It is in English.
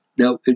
Now